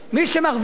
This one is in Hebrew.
מי שמרוויח.